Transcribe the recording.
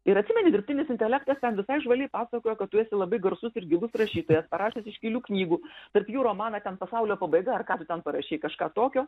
ir atsimeni dirbtinis intelektas ten visai žvaliai pasakojo kad tu esi labai garsus ir gilus rašytojas parašęs iškilių knygų tarp jų romaną ten pasaulio pabaiga ar ką tu ten parašei kažką tokio